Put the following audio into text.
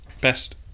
Best